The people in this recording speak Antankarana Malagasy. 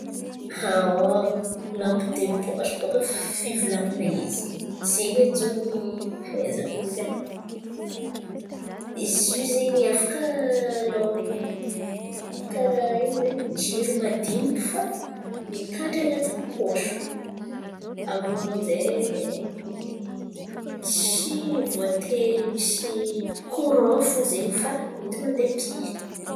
Lampe de pôsy bôkà fivolan̈ana izy zen̈y edy zao ny fahaizako izy edy ai. Izy io zen̈y afaka karà ino zen̈y jiro madiniky fa mety tandry an̈atin̈y pôso. Avô amin'jay tsy voatery mandeha koran fo mandeha pily.